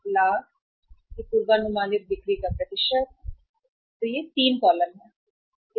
लाख है और यह पूर्वानुमानित बिक्री का प्रतिशत प्रतिशत है पूर्वानुमानित बिक्री